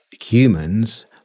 humans